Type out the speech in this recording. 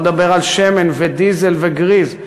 בוא נדבר על שמן ודיזל וגריז,